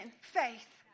faith